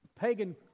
pagan